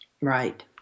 Right